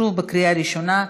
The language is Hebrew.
שוב בקריאה ראשונה.